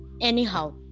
anyhow